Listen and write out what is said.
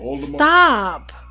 Stop